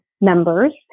members